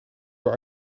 door